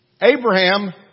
Abraham